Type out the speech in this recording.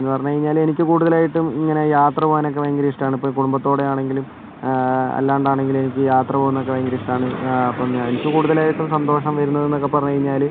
എന്ന് പറഞ്ഞ് കഴിഞ്ഞാല് എനിക്ക് കൂടുതലായിട്ടും ഇങ്ങനെ യാത്ര പോകാനൊക്കെ ഭയങ്കര ഇഷ്ടമാണ് ഇപ്പോൾ കുടുംബത്തോടെയാണെങ്കിലും അല്ലാണ്ടാണെങ്കിലും എനിക്ക് യാത്ര പോകുന്നതൊക്കെ ഭയങ്കര ഇഷ്ടമാണ് അപ്പോൾ എനിക്ക് കൂടുതലായിട്ടും സന്തോഷം വരുന്നൂന്നൊക്കെ പറഞ്ഞ് കഴിഞ്ഞാല്